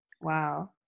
Wow